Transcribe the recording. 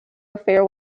affair